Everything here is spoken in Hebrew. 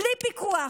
בלי פיקוח.